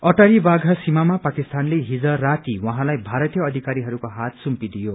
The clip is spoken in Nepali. अटारी बायासिमामा पाकिस्तानले हिज राती उहाँलाई भारतीय अधिकारीहरूको हात सुम्पियो